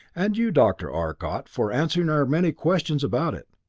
and you, dr. arcot, for answering our many questions about it.